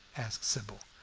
asked sybil.